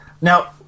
Now